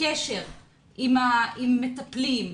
קשר עם המטפלים,